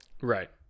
Right